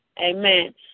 Amen